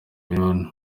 ibiro